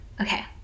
Okay